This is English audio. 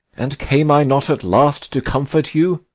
and came i not at last to comfort you?